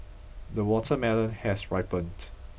the watermelon has ripened